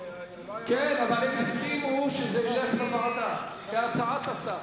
כן, אבל הם הסכימו שזה ילך לוועדה, כהצעת השר.